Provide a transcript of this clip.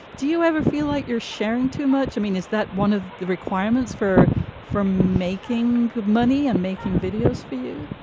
do you ever feel like you're sharing too much? i mean, is that one of the requirements for from making good money and making videos for you?